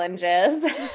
challenges